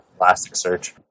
Elasticsearch